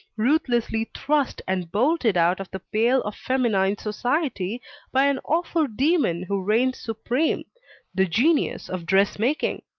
ruthlessly thrust and bolted out of the pale of feminine society by an awful demon who reigns supreme the genius of dress-making.